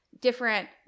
different